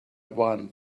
one